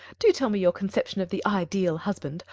do tell me your conception of the ideal husband.